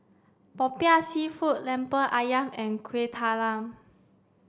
Popiah Seafood Lemper Ayam and Kuih Talam